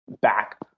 back